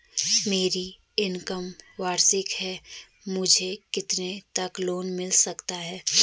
मेरी इनकम वार्षिक है मुझे कितने तक लोन मिल जाएगा?